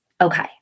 Okay